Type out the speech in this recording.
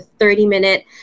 30-minute